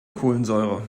kohlensäure